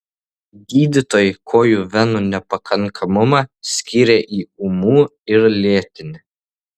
gydytojai kojų venų nepakankamumą skiria į ūmų ir lėtinį